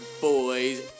boys